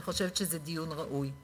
אני חושבת שזה דיון ראוי.